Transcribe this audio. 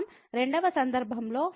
2 వ సందర్భంలో form f ∞ కి వెళుతుంది